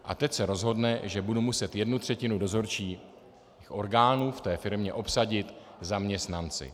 A teď se rozhodne, že budu muset jednu třetinu dozorčích orgánů v té firmě obsadit zaměstnanci.